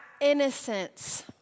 innocence